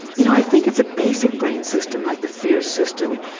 you know i think it's a basic brain system like the fear system,